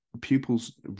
pupils